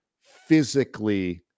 physically